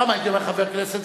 פעם הייתי אומר: חבר הכנסת.